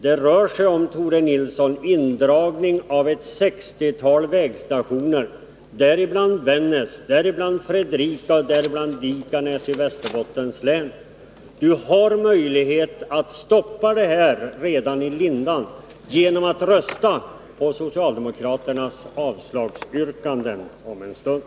Det rör sig om indragning av ett 60-tal vägstationer, däribland Vännäs, Fredrika och Vikenäs i Västerbottens län. Tore Nilsson har möjlighet att stoppa detta redan i lindan genom att rösta på socialdemokraternas avslagsyrkande om en stund.